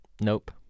Nope